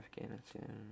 Afghanistan